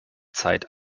zeit